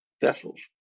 vessels